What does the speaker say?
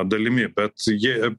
dalimi bet ji